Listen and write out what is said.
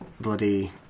bloody